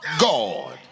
God